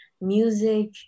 music